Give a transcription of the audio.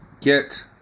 get